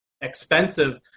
expensive